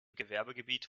gewerbegebiet